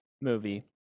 movie